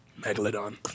Megalodon